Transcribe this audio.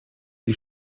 die